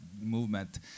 movement